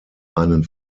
einen